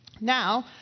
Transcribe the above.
Now